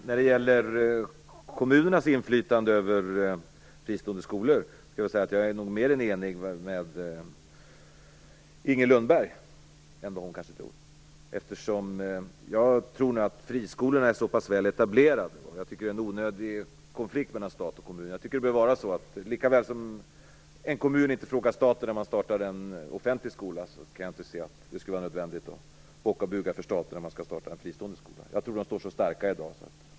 Fru talman! När det gäller kommunernas inflytande över fristående skolor vill jag säga att jag nog är mer enig med Inger Lundberg än vad hon kanske tror. Jag tror nog att friskolorna är väl etablerade. Jag tycker att detta är en onödig konflikt mellan stat och kommun. Likaväl som en kommun inte frågar staten när man startar en offentlig skola kan jag inte se att det skulle vara nödvändigt att bocka och buga för staten när man skall starta en fristående skola. Jag tror att de står så starka i dag.